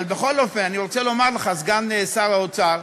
אבל בכל אופן, אני רוצה לומר לך, סגן שר האוצר,